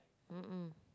mmhmm